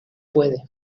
puede